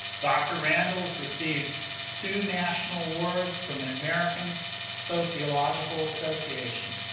dr. randles received two national awards from the american sociological association.